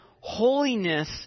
Holiness